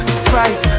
spice